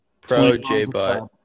Pro-J-Butt